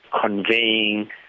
conveying